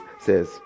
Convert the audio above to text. says